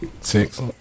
Six